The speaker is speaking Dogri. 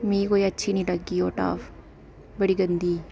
मिं कोई अच्छी निं लग्गी ओह् टॉप बड़ी गंदी